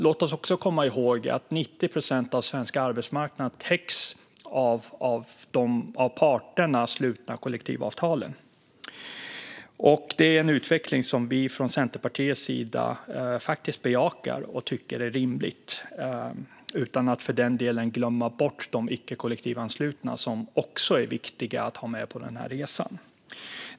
Låt oss också komma ihåg att 90 procent av svensk arbetsmarknad täcks av de av parterna slutna kollektivavtalen. Det är en utveckling som vi från Centerpartiets sida faktiskt bejakar och tycker är rimlig - utan att för den skull glömma bort de icke kollektivanslutna, som också är viktiga att ha med på den här resan.